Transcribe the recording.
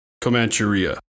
Comancheria